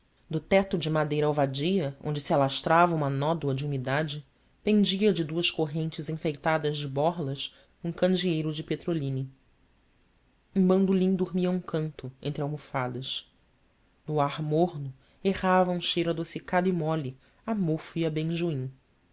do teto de madeira alvadia onde se alastrava uma nódoa de umidade pendia de duas correntes enfeitadas de borlas um candeeiro de petrolina um bandolim dormia a um canto entre almofadas no ar morno errava um cheiro adocicado e mole a